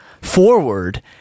forward